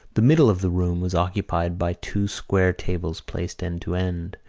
the middle of the room was occupied by two square tables placed end to end,